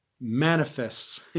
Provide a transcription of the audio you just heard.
manifests